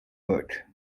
book